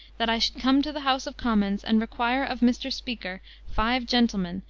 that i should come to the house of commons, and require of mr. speaker five gentlemen,